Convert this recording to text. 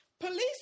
Police